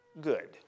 good